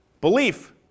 Belief